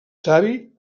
savi